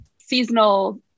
seasonal